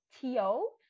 T-O